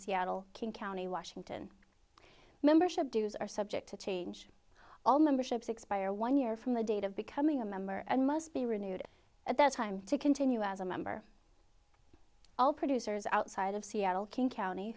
seattle king county washington membership dues are subject to change all memberships expire one year from the date of becoming a member and must be renewed at that time to continue as a member all producers outside of seattle king county